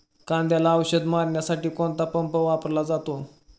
कांद्याला औषध मारण्यासाठी कोणता पंप वापरला जातो?